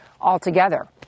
altogether